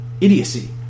idiocy